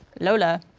Lola